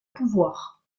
pouvoir